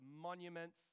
monuments